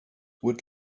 would